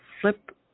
flip